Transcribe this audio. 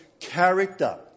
character